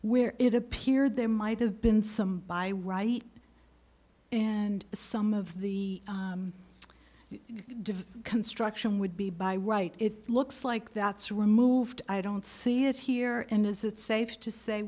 where it appeared there might have been some by right and some of the construction would be by right it looks like that's removed i don't see it here and it's safe to say